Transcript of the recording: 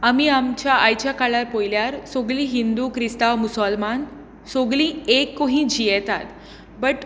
आमी आमच्या आयच्या काळार पळयल्यार सगलीं हिंदू क्रिस्तांव मुस्लमान सगली एक कशीं जियेतात बट